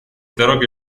дорога